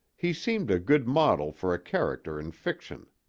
he seemed a good model for a character in fiction.